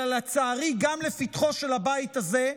אלא לצערי גם לפתחו של הבית הזה.